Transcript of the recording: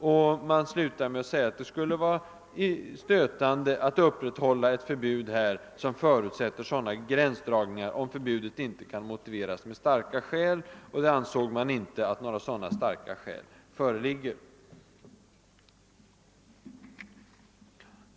Utredningen slutar med att säga att »det skulle vara stötande att upprätthålla ett förbud som förutsätter sådana gränsdragningar, om förbudet inte kan motiveras med starka skäl». Sådana starka skäl ansågs inte föreligga.